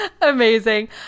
Amazing